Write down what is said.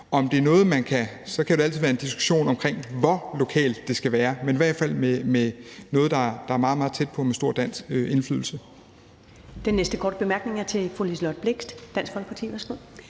Så kan der altid være en diskussion om, hvor lokalt det skal være – men i hvert fald ønskes noget, der er meget, meget tæt på og med stor dansk indflydelse.